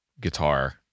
guitar